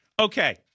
Okay